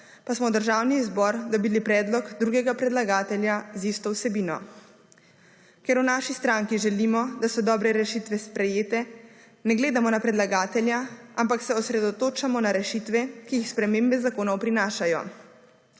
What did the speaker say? pa smo v Državni zbor dobili predlog drugega predlagatelja z isto vsebino. Ker v naši stranki želimo, da so dobre rešitve sprejete, ne gledamo na predlagatelja, ampak se osredotočamo na rešitve, ki jih spremembe zakonov prinašajo.